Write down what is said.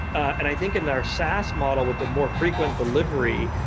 and i think in there saas model with the more frequent delivery,